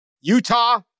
Utah